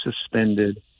suspended